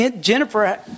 Jennifer